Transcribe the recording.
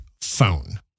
phone